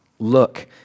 Look